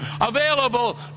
available